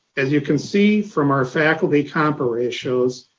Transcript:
as you can see from our faculty compa ratios,